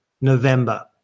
November